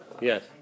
Yes